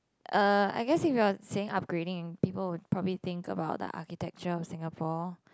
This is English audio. uh I guess if you're say upgrading and people will probably think about the architecture of Singapore